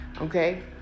okay